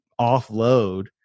offload